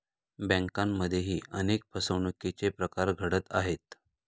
बँकांमध्येही अनेक फसवणुकीचे प्रकार घडत आहेत